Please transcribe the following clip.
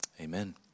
Amen